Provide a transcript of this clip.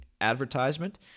advertisement